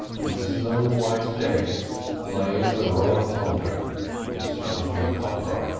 with snow-white decks, lay the raratonga discharging copra.